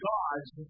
God's